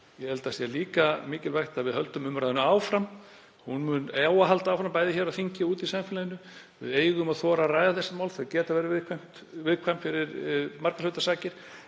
Ég held að það sé líka mikilvægt að við höldum umræðunni áfram. Hún á að halda áfram, bæði hér á þingi og úti í samfélaginu. Við eigum að þora að ræða þessi mál. Þau geta verið viðkvæm fyrir margra hluta sakir